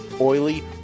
oily